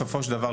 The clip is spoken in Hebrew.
בסופו של דבר,